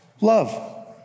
Love